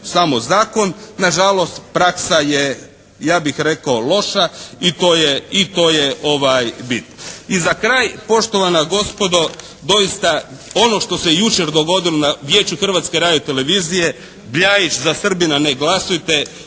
samo zakon. Nažalost praksa je ja bih rekao loša i to je bit. I za kraj, poštovana gospodo doista ono što se je jučer dogodilo na Vijeću Hrvatske radiotelevizije Bljajić: "Za Srbina ne glasujte",